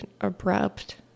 abrupt